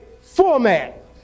format